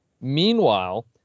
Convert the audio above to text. meanwhile